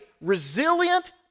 resilient